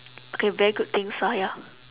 okay very good things lah ya